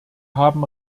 haben